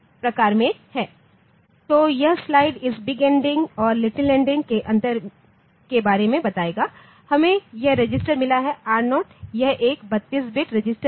Refer Slide Time 1433 तो यह slide इस बिग एंडियन और लिटिल एंडियन के अंतर के बारे में बताएगी हमें यह रजिस्टर मिला है R0 यह एक 32 बिट रजिस्टर है